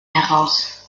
heraus